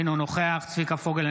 אינו נוכח צביקה פוגל,